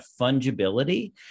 fungibility